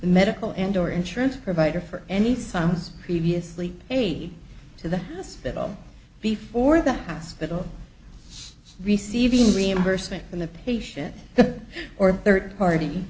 medical and or insurance provider for any signs previously aid to the hospital before that aspect will receiving reimbursement from the patient or third party